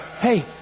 Hey